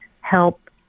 help